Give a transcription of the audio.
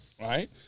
right